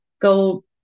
go